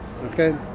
okay